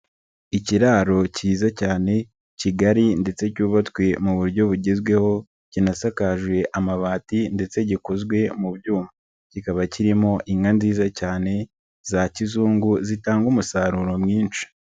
Ikiraro kiza cyane kigari ndetse cyubatswe mu buryo bugezweho, kinasakaje amabati ndetse gikozwe mu byuma, kikaba kirimo inka nziza cyane za kizungu zitanga umusaruro mwinshi.